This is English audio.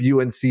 UNC